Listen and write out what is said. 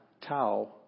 Tau